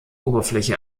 oberfläche